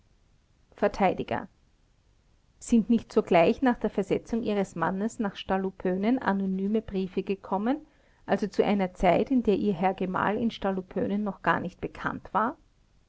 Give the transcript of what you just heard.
verteidiger sind nicht sogleich nach der versetzung ihres mannes nach stallupönen anonyme briefe gekommen also zu einer zeit in der ihr herr gemahl in stallupönen noch gar nicht bekannt war